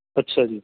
ਅੱਛਾ ਜੀ